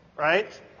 Right